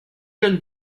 jeune